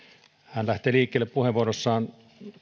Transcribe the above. hän lähtee liikkeelle puheenvuorossaan